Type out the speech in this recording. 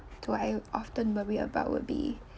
do I often worry about would be